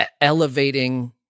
elevating—